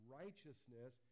righteousness